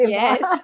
yes